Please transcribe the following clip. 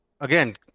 again